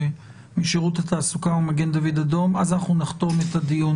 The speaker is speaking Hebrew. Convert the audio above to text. משירות התעסוקה וממגן דוד אדום ואז נחתום את הדיון